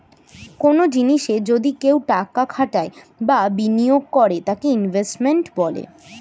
কনো জিনিসে যদি কেউ টাকা খাটায় বা বিনিয়োগ করে তাকে ইনভেস্টমেন্ট বলে